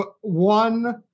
one